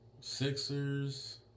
Sixers